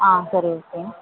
ஆ சரி ஓகே